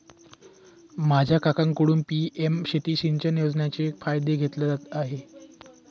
माझा काकांकडून पी.एम शेती सिंचन योजनेचा फायदा घेतला जात आहे